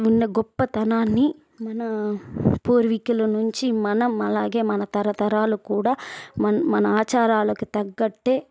ఉన్న గొప్పతనాన్ని మన పూర్వీకులు నుంచి మనం అలాగే మన తరతరాలు కూడా మన ఆచారాలకు తగ్గట్టే